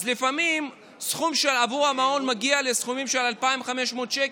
אז לפעמים הסכום בעבור המעון מגיע 2,500 שקל,